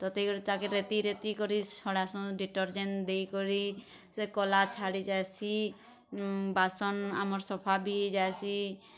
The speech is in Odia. ତତେଇ କରି ତାହାକେ ରେଟି ରେଟି କରି ଛଡ଼ାସୁ ଡିଟରଜେନ୍ ଦେଇ କରି ସେ କଳା ଛାଡ଼ି ଯାଇସି ବାସନ୍ ଆମର୍ ସଫା ବି ଯାଇସି